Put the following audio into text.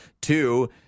Two